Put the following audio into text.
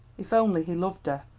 if only he loved her,